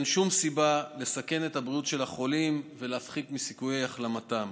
אין שום סיבה לסכן את הבריאות של החולים ולהפחית מסיכויי החלמתם.